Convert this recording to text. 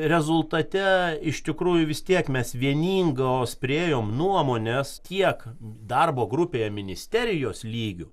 rezultate iš tikrųjų vis tiek mes vieningos priėjom nuomonės tiek darbo grupėje ministerijos lygiu